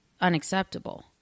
unacceptable